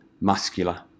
muscular